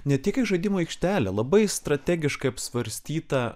ne tik į žaidimų aikštelę labai strategiškai apsvarstyta